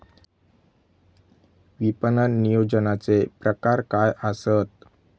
विपणन नियोजनाचे प्रकार काय आसत?